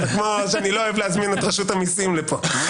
זה כמו שאני לא אוהב להזמין את רשות המיסים לפה...